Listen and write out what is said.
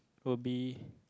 will be